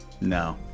No